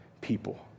people